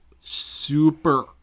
super